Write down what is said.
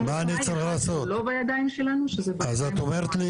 את אומרת לי